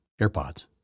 airpods